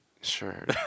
Sure